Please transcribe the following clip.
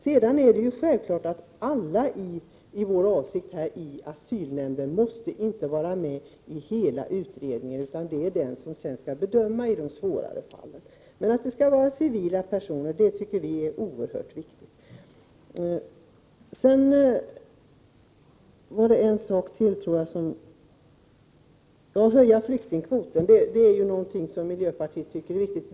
Det är självfallet inte vår avsikt att alla ledamöter i en asylnämnd måste vara med om hela utredningen, utan asylnämnden skall bedöma de svårare fallen. Men vi tycker det är oerhört viktigt att det skall vara civila personer. Miljöpartiet vill också öka flyktingkvoten.